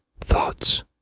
thoughts